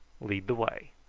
lead way.